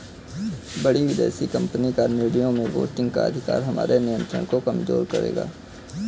बड़ी विदेशी कंपनी का निर्णयों में वोटिंग का अधिकार हमारे नियंत्रण को कमजोर करेगा